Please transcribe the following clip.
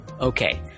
Okay